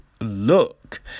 look